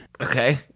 okay